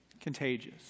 contagious